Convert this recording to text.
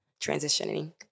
transitioning